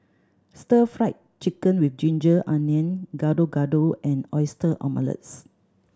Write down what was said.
Stir Fried Chicken with ginger onion Gado Gado and oyster omelettes